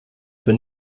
für